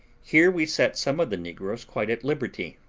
here we set some of the negroes quite at liberty,